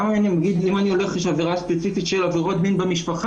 גם אם אני הולך לפי העבירה הספציפית של עבירות מין במשפחה,